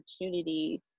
opportunity